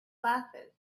glasses